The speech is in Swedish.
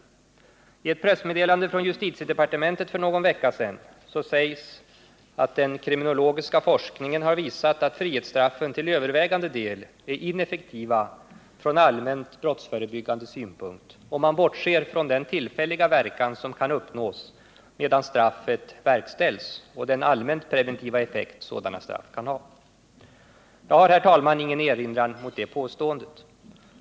I ett pressmeddelande från justitiedepartementet för någon vecka sedan sägs att den kriminologiska forskningen har visat att frihetsstraffen till övervägande del är ineffektiva från allmänt brottsförebyggande synpunkt, om man bortser från den tillfälliga verkan som kan uppnås medan straffet verkställs och den allmänt preventiva effekt sådana straff kan ha. Jag har, herr talman, ingen erinran mot det påståendet.